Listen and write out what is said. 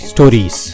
Stories